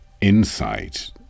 insight